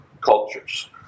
cultures